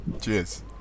Cheers